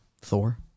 Thor